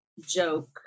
joke